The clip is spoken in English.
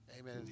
Amen